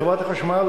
וחברת החשמל,